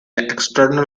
external